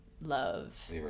love